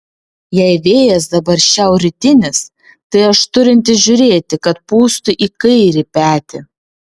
jei vėjas dabar šiaurrytinis tai aš turintis žiūrėti kad pūstų į kairį petį